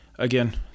Again